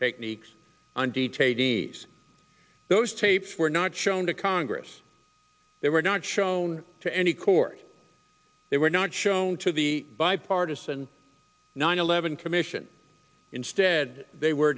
techniques on detainees those tapes were not shown to congress they were not shown to any court they were not shown to the bipartisan nine eleven commission instead they were